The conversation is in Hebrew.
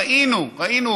ראינו, ראינו.